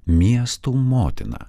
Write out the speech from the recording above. miestų motina